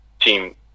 Team